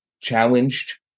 challenged